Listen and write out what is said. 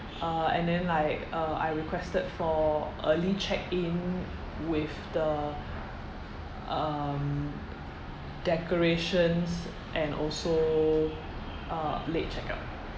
uh and then like uh I requested for early check-in with the um decorations and also uh late checkout